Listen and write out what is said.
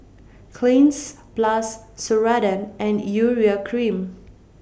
Cleanz Plus Ceradan and Urea Cream